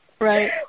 Right